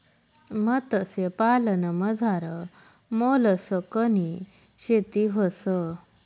मत्स्यपालनमझार मोलस्कनी शेती व्हस